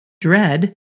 dread